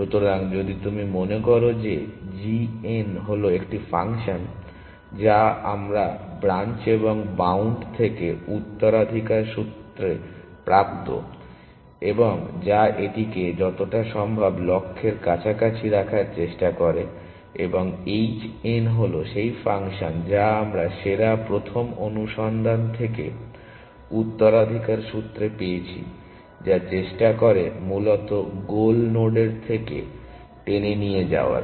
সুতরাং যদি তুমি মনে করো যে g n হল একটি ফাংশন যা আমরা ব্রাঞ্চ এবং বাউন্ড থেকে উত্তরাধিকার সূত্রে প্রাপ্ত এবং যা এটিকে যতটা সম্ভব লক্ষ্যের কাছাকাছি রাখার চেষ্টা করে এবং h n হল সেই ফাংশন যা আমরা সেরা প্রথম অনুসন্ধান থেকে উত্তরাধিকারসূত্রে পেয়েছি যা চেষ্টা করে মূলত গোল নোডের দিকে টেনে নিয়ে যাওয়ার